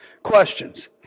questions